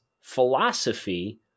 philosophy